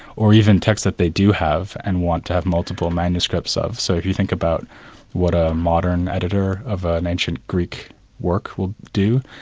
or even texts that they do have and want to have multiple manuscripts of. so if you think about what a modern editor of ah an ancient greek work would do,